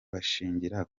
bashingira